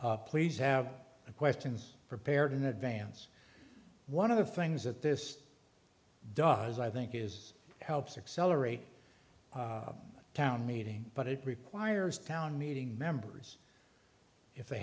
please have a questions prepared in advance one of the things that this does i think is helps accelerate a town meeting but it requires town meeting members if they